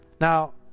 Now